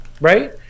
right